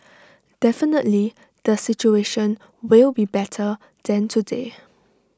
definitely the situation will be better than today